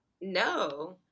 No